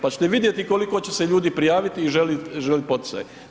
Pa ćete vidjeti koliko će se ljudi prijaviti i želi, želi poticaj.